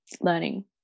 learning